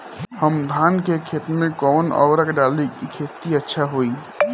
हम धान के खेत में कवन उर्वरक डाली कि खेती अच्छा होई?